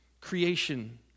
creation